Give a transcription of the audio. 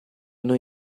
noi